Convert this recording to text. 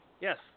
Yes